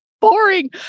boring